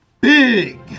Big